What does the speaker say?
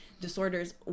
disorders